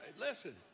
Listen